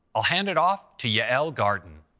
i'll hand it off to yael garten.